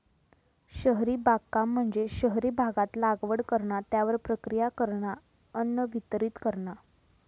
शहरी बागकाम म्हणजे शहरी भागात लागवड करणा, त्यावर प्रक्रिया करणा, अन्न वितरीत करणा